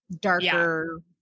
darker